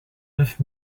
neuf